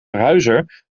verhuizer